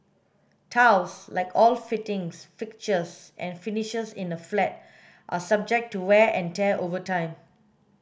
tiles like all fittings fixtures and finishes in a flat are subject to wear and tear over time